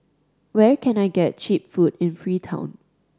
where can I get cheap food in Freetown